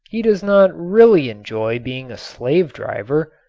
he does not really enjoy being a slave driver,